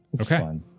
Okay